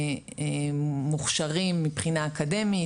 מוכשרים מבחינה אקדמית,